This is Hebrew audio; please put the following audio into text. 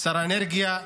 שר האנרגיה.